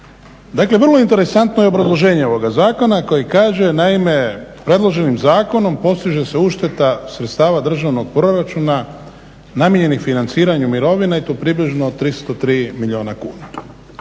dakle vrlo je interesantno obrazloženje ovoga zakona koje kaže naime predloženim zakonom postiže se ušteda sredstava državnog proračuna namijenjenih financiranju mirovine i to približno 303 milijuna kuna.